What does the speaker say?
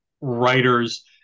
writers